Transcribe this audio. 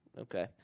Okay